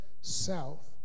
south